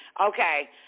Okay